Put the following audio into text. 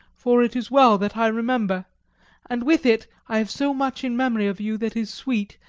for it is well that i remember and with it i have so much in memory of you that is sweet,